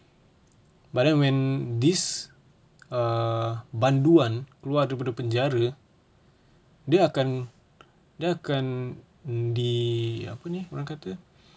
but then when this err banduan keluar daripada penjara dia akan dia akan mm di~ apa ni orang kata